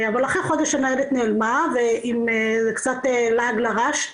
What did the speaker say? אבל אחרי חודש הניידת נעלמה וזה קצת 'לעג לרש',